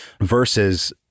Versus